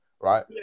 right